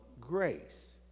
grace